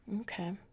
Okay